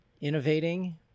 innovating